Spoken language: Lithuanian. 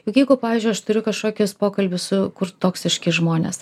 juk jeigu pavyzdžiui aš turiu kažkokius pokalbius su kur toksiški žmonės